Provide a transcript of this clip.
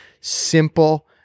simple